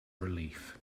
relief